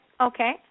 okay